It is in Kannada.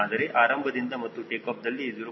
ಆದರೆ ಆರಂಭದಿಂದ ಮತ್ತು ಟೇಕಾಫ್ ದಲ್ಲಿ 0